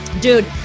Dude